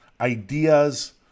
ideas